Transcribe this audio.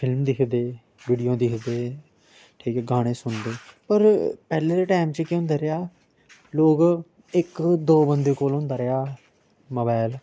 film दिक्खदे video दिक्खदे ठीक ऐ गाने सुनदे पर पैह्ले दे टैम च केह् होंदा रेहा लोग इक दो बंदे कोल होंदा रेहा मोबैल